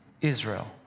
Israel